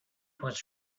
was